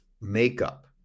makeup